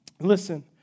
Listen